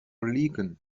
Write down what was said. liegen